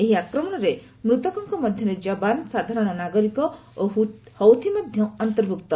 ଏହି ଆକ୍ରମଣରେ ମୃତକଙ୍କ ମଧ୍ୟରେ ଯବାନ ସାଧାରଣ ନାଗରିକ ଓ ହୌଥିସ ମଧ୍ୟ ଅନ୍ତର୍ଭୁକ୍ତ